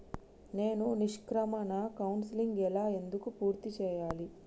నేను నిష్క్రమణ కౌన్సెలింగ్ ఎలా ఎందుకు పూర్తి చేయాలి?